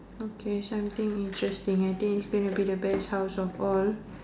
okay something interesting I think it's gonna be the best house of all